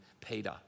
Peter